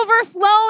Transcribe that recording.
overflowing